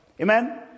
amen